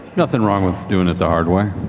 nothing wrong with doing the hard way.